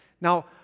Now